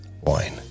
wine